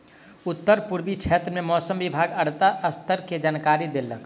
उत्तर पूर्वी क्षेत्र में मौसम विभाग आर्द्रता स्तर के जानकारी देलक